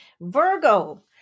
Virgo